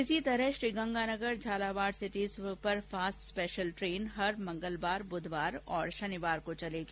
इसी तरह Sriganganagar Jhalawar city superfast special train हर मंगलवार बुधवार और शनिवार को चलेगी